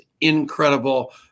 incredible